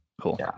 cool